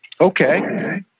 Okay